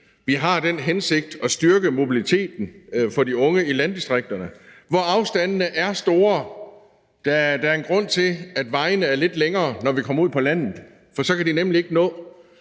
Vi har den hensigt at styrke mobiliteten for de unge i landdistrikterne, hvor afstandene er store. Der er en grund til, at vejene er lidt længere, når vi kommer ud på landet, for så kan de nemlig ikke nå.